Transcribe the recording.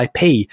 IP